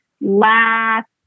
last